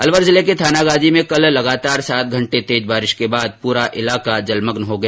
अलवर जिले के थानागाजी में कल लगातार सात घंटे तेज बारिश के बाद पूरा क्षेत्र जलमग्न हो गया